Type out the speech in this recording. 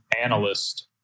analyst